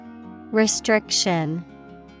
Restriction